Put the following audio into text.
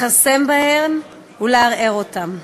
לכרסם בהם ולערער אותם.